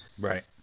Right